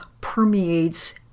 permeates